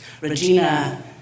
Regina